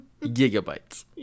Gigabytes